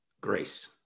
Grace